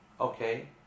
Okay